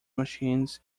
machines